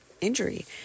injury